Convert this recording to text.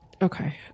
Okay